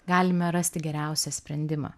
galime rasti geriausią sprendimą